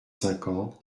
cinquante